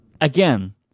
again